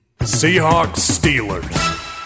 Seahawks-Steelers